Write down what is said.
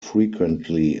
frequently